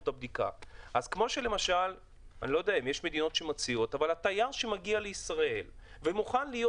אני לא יודע אם יש מדינות שמציעות אבל תייר שמגיע לישראל ומוכן להיות